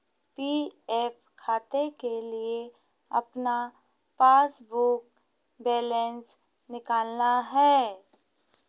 P F खाते के लिए अपना पासबुक बैलेंस निकालना है